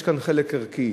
יש כאן חלק ערכי.